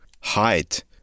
height